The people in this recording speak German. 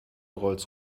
rolls